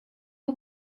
you